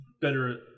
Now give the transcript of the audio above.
better